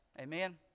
Amen